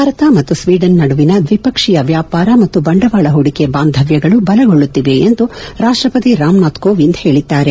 ಭಾರತ ಮತ್ತು ಸ್ವೀಡನ್ ನಡುವಿನ ದ್ವಿಪಕ್ಷೀಯ ವ್ಯಾಪಾರ ಮತ್ತು ಬಂಡವಾಳ ಹೂಡಿಕೆ ಬಾಂಧವ್ಯಗಳು ಬಲಗೊಳ್ಳುತ್ತಿವೆ ಎಂದು ರಾಷ್ಟಪತಿ ರಾಮನಾಥ್ ಕೋವಿಂದ್ ಹೇಳಿದ್ದಾರೆ